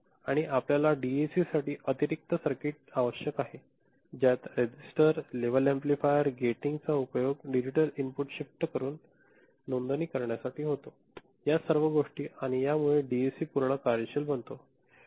आणि आपल्याला डीएसीसाठी अतिरिक्त सर्किट आवश्यक आहे ज्यात रजिस्टर लेव्हल एम्पलीफायर गॅटींग चा उपयोग डिजिटल इनपुट शिफ्ट करून नोंदणी करण्यासाठी होतो या सर्व गोष्टी आणि यामुळे डीएडीसी पूर्णपणे कार्यशील बनतो